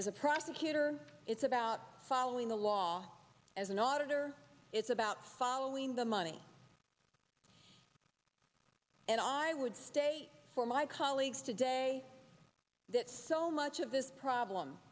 as a prosecutor it's about following the law as an auditor it's about following the money and i would stay for my colleagues today that so much of this problem